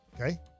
Okay